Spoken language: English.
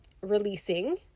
releasing